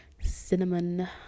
cinnamon